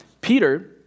Peter